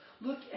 Look